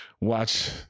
watch